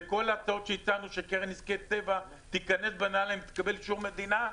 וכל ההצעות שהצענו שקרן נזקי טבע תקבל אישור מדינה,